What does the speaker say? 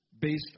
based